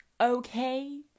okay